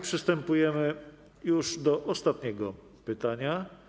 Przystępujemy już do ostatniego pytania.